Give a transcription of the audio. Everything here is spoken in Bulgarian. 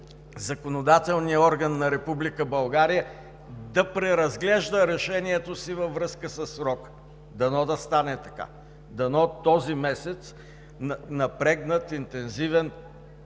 законодателният орган на Република България да преразглежда решението си във връзка със срока! Дано да стане така! Дано този месец – напрегнат и интензивен,